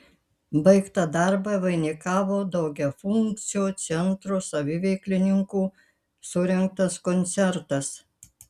baigtą darbą vainikavo daugiafunkcio centro saviveiklininkų surengtas koncertas